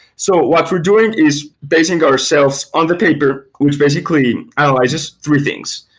so what we're doing is basing ourselves on the paper, which basically analyzes three things.